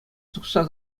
тухса